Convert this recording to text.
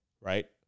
right